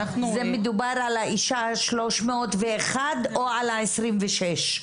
מדובר על האישה ה-301 או על ה-26 פה.